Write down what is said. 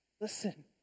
Listen